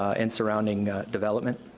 and surrounding development.